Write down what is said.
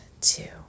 two